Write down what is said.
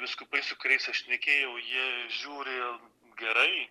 vyskupai su kuriais aš šnekėjau jie žiūri gerai